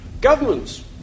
Governments